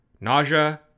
nausea